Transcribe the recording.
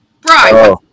Brian